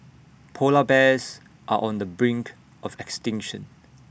Polar Bears are on the brink of extinction